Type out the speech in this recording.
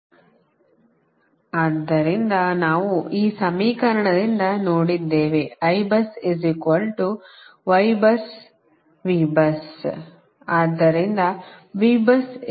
load flow ಅಧ್ಯಯನ ಮುಂದುವರೆದ ಭಾಗ ಆದ್ದರಿಂದ ನಾವು ಈ ಸಮೀಕರಣದಿಂದ ನೋಡಿದ್ದೇವೆ ಆದ್ದರಿಂದ